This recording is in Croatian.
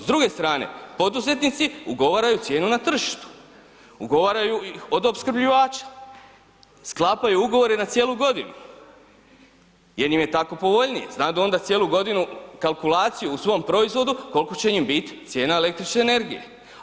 S druge strane, poduzetnici ugovaraju cijenu na tržištu, ugovaraju ih od opskrbljivača, sklapaju ugovore na cijelu godinu jer im je tako povoljnije, znadu onda cijelu godinu kalkulaciju u svom proizvodu kolko će im bit cijena električne energije.